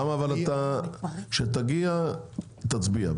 כשיגיע תורך תצביע.